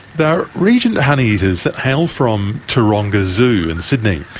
they're regent honeyeaters that hail from taronga zoo in sydney.